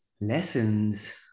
lessons